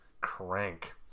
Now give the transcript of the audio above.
Crank